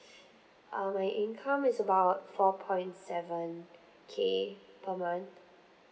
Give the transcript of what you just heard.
uh my income is about four point seven K per month